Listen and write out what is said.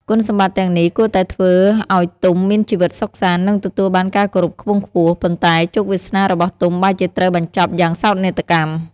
គុណសម្បត្តិទាំងនេះគួរតែធ្វើឲ្យទុំមានជីវិតសុខសាន្ត និងទទួលបានការគោរពខ្ពង់ខ្ពស់ ប៉ុន្តែជោគវាសនារបស់ទុំបែរជាត្រូវបញ្ចប់យ៉ាងសោកនាដកម្ម។